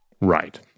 Right